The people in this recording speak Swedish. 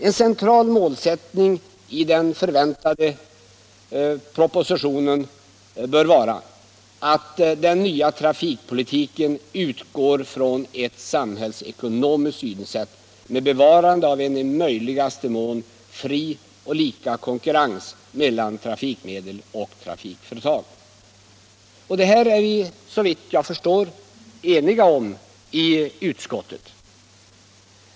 En central målsättning för den väntade propositionen bör vara att den nya trafikpolitiken utgår från ett samhällsekonomiskt synsätt med be varande av en i möjligaste mån fri och lika konkurrens mellan trafikmedel och trafikföretag. Om detta är vi, såvitt jag förstår, eniga i utskottet.